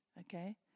Okay